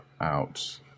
out